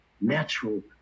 natural